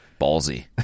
ballsy